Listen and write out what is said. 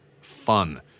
fun